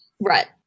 Right